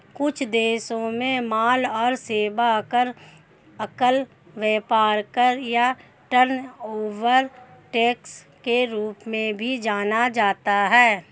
कुछ देशों में माल और सेवा कर, एकल व्यापार कर या टर्नओवर टैक्स के रूप में भी जाना जाता है